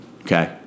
Okay